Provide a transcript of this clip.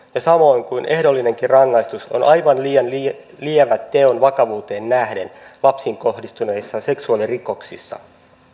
samoin kuin ehdollinen rangaistus on aivan liian lievä lievä teon vakavuuteen nähden lapsiin kohdistuneissa seksuaalirikoksissa